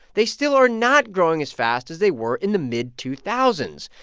they still are not growing as fast as they were in the mid two thousand s.